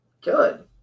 Good